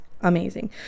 amazing